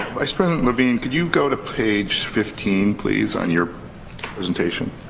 vice president levine, could you go to page fifteen, please, on your presentation?